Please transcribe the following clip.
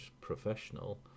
professional